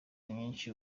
nyinshi